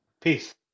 Peace